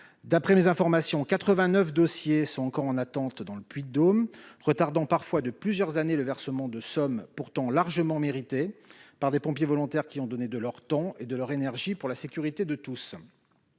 dans le Puy-de-Dôme, 89 dossiers sont encore en attente, ce qui retarde, parfois de plusieurs années, le versement de sommes pourtant largement méritées par des pompiers volontaires qui ont donné de leur temps et de leur énergie pour la sécurité de tous.